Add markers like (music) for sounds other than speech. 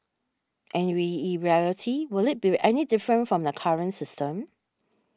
and (unintelligible) reality will it be any different from the current system